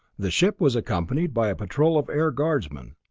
the ship was accompanied by a patrol of air guardsmen.